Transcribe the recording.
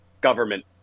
government